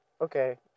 Okay